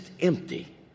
empty